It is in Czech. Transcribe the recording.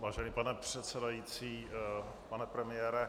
Vážený pane předsedající, pane premiére.